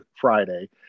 Friday